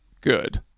good